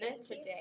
today